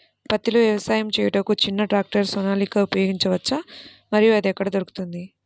పత్తిలో వ్యవసాయము చేయుటకు చిన్న ట్రాక్టర్ సోనాలిక ఉపయోగించవచ్చా మరియు అది ఎక్కడ దొరుకుతుంది?